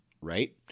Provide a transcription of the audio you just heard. Right